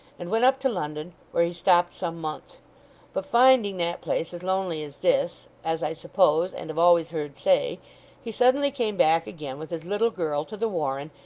and went up to london, where he stopped some months but finding that place as lonely as this as i suppose and have always heard say he suddenly came back again with his little girl to the warren,